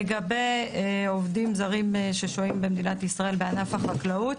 לגבי עובדים זרים השוהים במדינת ישראל בענף החקלאות,